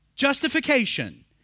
justification